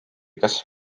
kas